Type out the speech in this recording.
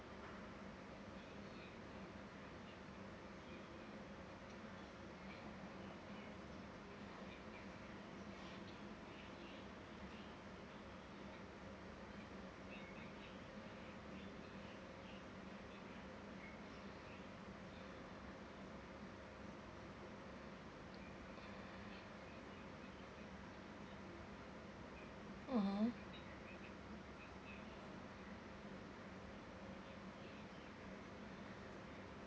mm